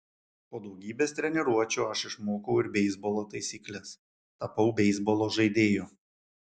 po daugybės treniruočių aš išmokau ir beisbolo taisykles tapau beisbolo žaidėju